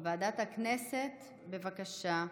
ועדת הכלכלה,